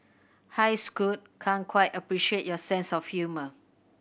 hi Scoot can't quite appreciate your sense of humour